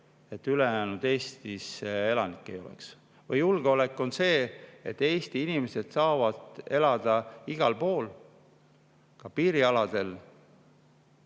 kui ülejäänud Eestis elanikke ei ole? Või julgeolek on see, et Eesti inimesed saavad elada igal pool, ka piirialadel?